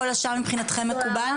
כל השאר מבחינתכם מקובל?